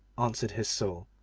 answered his soul,